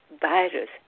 virus